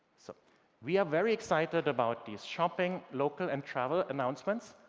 so, we are very excited about the shopping local and travel announcements